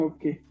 Okay